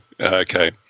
okay